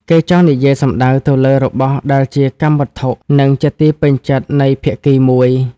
គេចង់និយាយសំដៅទៅលើរបស់ដែលជាកម្មវត្ថុ និងជាទីពេញចិត្តនៃភាគីមួយ ។